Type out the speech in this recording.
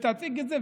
ותציג את זה,